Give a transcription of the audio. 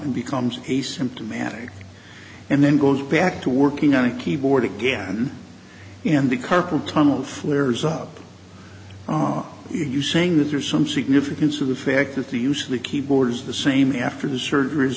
and becomes a symptomatic and then goes back to working on a keyboard again and the carpal tunnel flares up you saying that there's some significance of the fact that the use of the keyboards the same after the surger